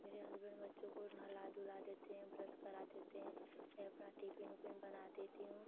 मेरे हसबैन्ड बच्चों को नहला धुला देते हैं ब्रश करा देते हैं मैं अपना टिफ़िन उफ़िन बना देती हूँ